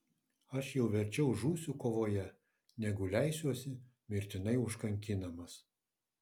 aš jau verčiau žūsiu kovoje negu leisiuosi mirtinai užkankinamas